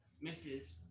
Misses